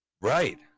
right